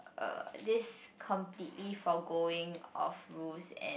uh this completely forgoing of rules and